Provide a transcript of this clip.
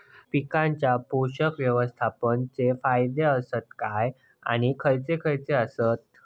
पीकांच्या पोषक व्यवस्थापन चे फायदे आसत काय आणि खैयचे खैयचे आसत?